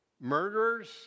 murderers